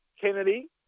Kennedy